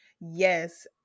yes